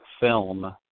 film